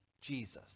Jesus